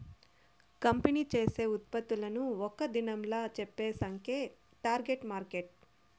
company చేసే ఉత్పత్తులను ఒక్క దినంలా చెప్పే సంఖ్యే టార్గెట్ మార్కెట్